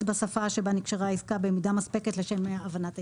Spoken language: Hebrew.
בשפה שבה נקשרה העסקה במידה מספקת לשם הבנת העסקה.